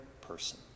person